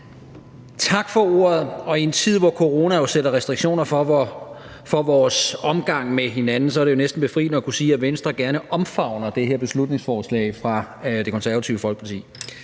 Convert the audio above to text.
Tak for ordet, og i en tid, hvor corona jo sætter restriktioner for vores omgang med hinanden, er det jo næsten befriende at kunne sige, at Venstre gerne omfavner det her beslutningsforslag fra Det Konservative Folkeparti.